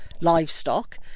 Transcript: livestock